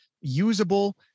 usable